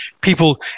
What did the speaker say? people